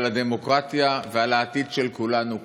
על הדמוקרטיה ועל העתיד של כולנו כאן.